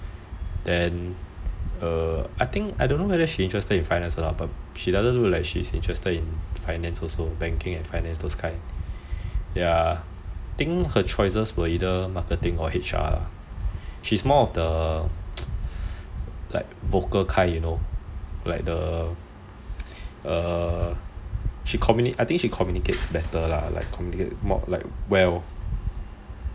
then err I don't know whether she interested in finance or not but she doesn't look like she's interested in finance also banking and finance those kinds ya think her choices were either marketing or H_R she's more of the like vocal kind you know like the err like I think she communicates better lah like more like well